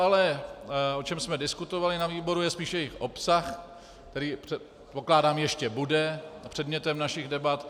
Ale to, o čem jsme diskutovali na výboru, je spíše jejich obsah, který, jak předpokládám, ještě bude předmětem našich debat.